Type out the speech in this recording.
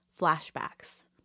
flashbacks